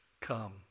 Come